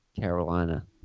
Carolina